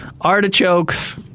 artichokes